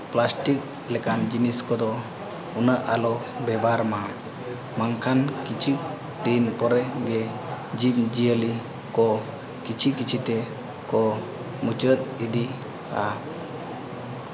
plastic ᱞᱮᱠᱟᱱ ᱡᱤᱱᱤᱥ ᱠᱚᱫᱚ ᱩᱱᱟᱹᱜ ᱟᱞᱚ ᱵᱮᱵᱷᱟᱨ ᱢᱟ ᱵᱟᱝᱠᱷᱟᱱ ᱠᱤᱪᱷᱤ ᱫᱤᱱ ᱯᱚᱨᱮ ᱜᱮ ᱡᱤᱵᱽ ᱡᱤᱭᱟᱹᱞᱤ ᱠᱚ ᱠᱤᱪᱷᱤ ᱠᱤᱪᱷᱤ ᱛᱮᱠᱚ ᱢᱩᱪᱟᱹᱫ ᱤᱫᱤᱜᱼᱟ